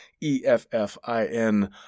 E-F-F-I-N